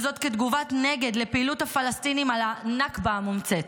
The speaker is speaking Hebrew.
וזאת כתגובת נגד לפעילות הפלסטינים על הנכבה המומצאת.